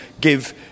give